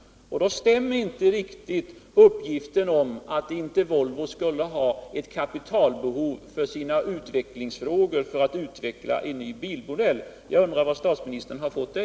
Därför stämmer inte uppgiften om att Volvo inte skulle ha kapitalbehov för att utveckla en ny bilmodell. Jag undrar varifrån statsministern har fått det.